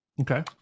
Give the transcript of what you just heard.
Okay